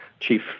chief